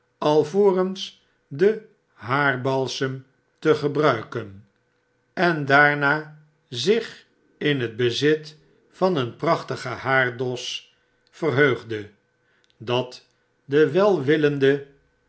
alvorens den haarbalsem te gebruiken en daarna zich in het bezit van een prachtigen haardos verheugde dat de welwillende